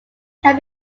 can